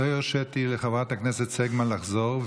לא הרשיתי לחברת הכנסת סגמן לחזור,